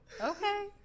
Okay